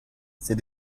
ces